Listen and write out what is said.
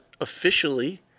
officially